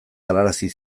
galarazi